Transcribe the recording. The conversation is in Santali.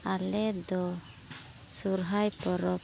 ᱟᱞᱮ ᱫᱚ ᱥᱚᱦᱚᱨᱟᱭ ᱯᱚᱨᱚᱵᱽ